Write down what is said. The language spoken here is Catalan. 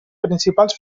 principals